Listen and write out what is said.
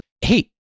hey